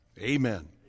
Amen